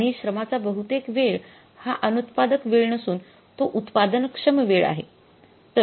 आणि श्रमाचा बहुतेक वेळ हा अनुत्पादक वेळ नसून तो उत्पादनक्षम वेळ आहे